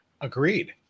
Agreed